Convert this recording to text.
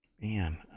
Man